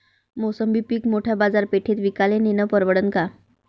मोसंबी पीक मोठ्या बाजारपेठेत विकाले नेनं परवडन का?